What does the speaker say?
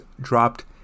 dropped